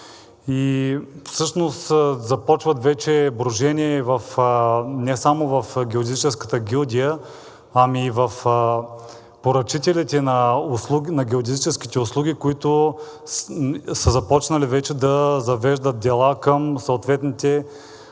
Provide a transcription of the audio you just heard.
И всъщност започват вече брожения не само в геодезическата гилдия, а и от поръчителите на геодезическите услуги, които са започнали вече да завеждат дела към съответните